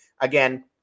Again